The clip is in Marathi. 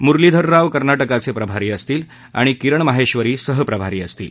मुरलीधर राव कर्नाटकाचे प्रभारती असतील आणि किरण माहेबरी सहप्रभारी असतील